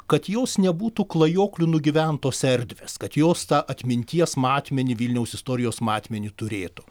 kad jos nebūtų klajoklių nugyventos erdvės kad jos tą atminties matmenį vilniaus istorijos matmenį turėtų